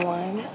one